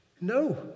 No